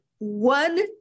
One